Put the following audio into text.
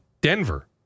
Denver